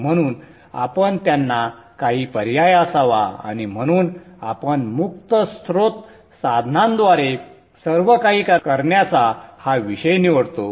म्हणून म्हणून त्यांना काही पर्याय असावा आणि म्हणून आपण मुक्त स्त्रोत साधनांद्वारे सर्वकाही करण्याचा हा विषय निवडतो